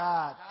God